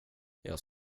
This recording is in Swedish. jag